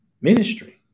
ministry